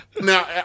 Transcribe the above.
Now